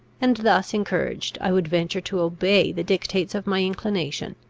and, thus encouraged. i would venture to obey the dictates of my inclination,